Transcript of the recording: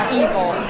evil